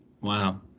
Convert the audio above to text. Wow